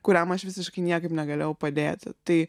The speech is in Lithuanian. kuriam aš visiškai niekaip negalėjau padėti tai